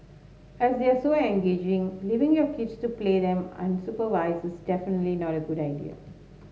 as they are so engaging leaving your kids to play them unsupervised is definitely not a good idea